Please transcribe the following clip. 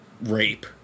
rape